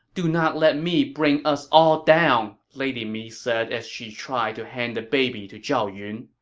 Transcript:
do not let me bring us all down! lady mi said as she tried to hand the baby to zhao yun.